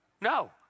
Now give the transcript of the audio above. No